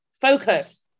focus